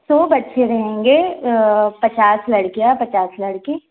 सौ बच्चे रहेंगे पचास लड़कियाँ पचास लड़के